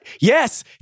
Yes